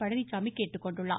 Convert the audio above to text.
பழனிச்சாமி கேட்டுக்கொண்டுள்ளார்